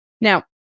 Now